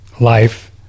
life